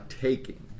taking